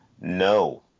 No